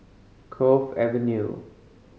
Cove Avenue